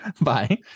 Bye